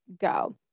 go